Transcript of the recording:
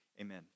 amen